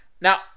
Now